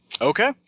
Okay